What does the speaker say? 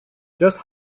just